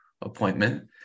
appointment